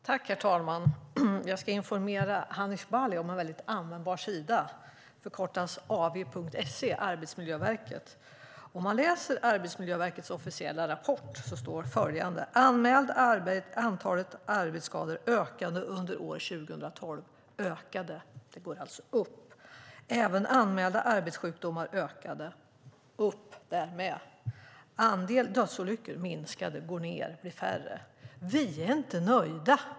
Herr talman! Jag ska informera Hanif Bali om en användbar sida. Den heter www.av.se och är Arbetsmiljöverkets hemsida. I Arbetsmiljöverkets officiella rapport står det att antalet anmälda arbetsskador ökade under år 2012. De ökade. Antalet går alltså upp. Vidare står det att även anmälda arbetssjukdomar ökade. Antalet går upp där med, alltså. Andelen dödsolyckor minskade, står det också. Dödsolyckorna går alltså ned och blir färre. Men vi är inte nöjda.